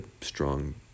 strong